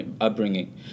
upbringing